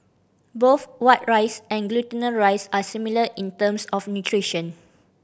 both white rice and glutinous rice are similar in terms of nutrition